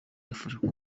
yafashwe